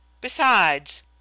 Besides